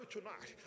tonight